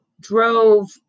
drove